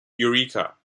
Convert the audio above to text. eureka